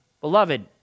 Beloved